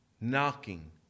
knocking